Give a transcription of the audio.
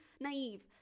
naive